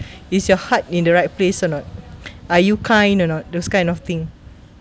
is your heart in the right place or not are you kind or not those kind of thing